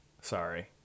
sorry